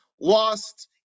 lost